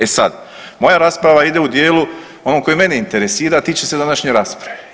E sad, mora rasprava ide u dijelu onom koji mene interesira a tiče se današnje rasprave.